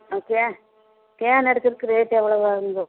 ஆ ஸ்கே ஸ்கேன் எடுக்கிறதுக்கு ரேட் எவ்வளவு ஆகுதுங்க